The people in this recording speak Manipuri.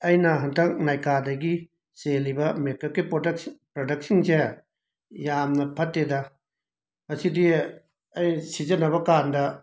ꯑꯩꯅ ꯍꯟꯗꯛ ꯅꯥꯏꯀꯥꯗꯒꯤ ꯆꯦꯜꯂꯤꯕ ꯃꯦꯀꯞꯀꯤ ꯄꯣꯔꯗꯛꯁꯤ ꯄꯔꯗꯛꯁꯤꯡꯁꯦ ꯌꯥꯝꯅ ꯐꯠꯇꯦꯗ ꯃꯁꯤꯗꯤ ꯑꯩ ꯁꯤꯖꯤꯟꯅꯕꯀꯥꯟꯗ